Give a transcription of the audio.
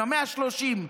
עם ה-130,